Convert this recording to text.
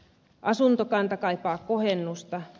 asuntokanta kaipaa kohennusta